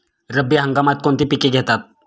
रब्बी हंगामात कोणती पिके घेतात?